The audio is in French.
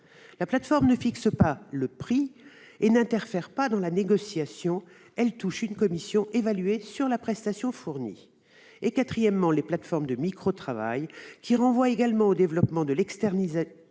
la plateforme ne fixe pas le prix et n'interfère pas dans la négociation ; elle touche une commission évaluée sur la prestation fournie. Quatrièmement, les plateformes de microtravail renvoient au développement de l'externalisation